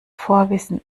vorwissen